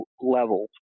levels